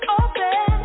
open